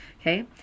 Okay